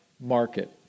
market